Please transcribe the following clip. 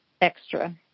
extra